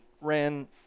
ran